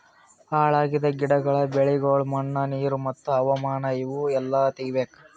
ಹಾಳ್ ಆಗಿದ್ ಗಿಡಗೊಳ್, ಬೆಳಿಗೊಳ್, ಮಣ್ಣ, ನೀರು ಮತ್ತ ಹವಾಮಾನ ಇವು ಎಲ್ಲಾ ತೆಗಿಬೇಕು